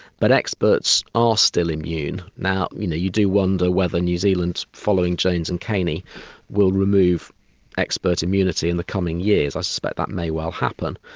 but experts are still immune. now you know you do wonder whether new zealand's following jones and kaney will remove expert immunity in the coming years, i suspect that may well happen.